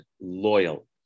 loyal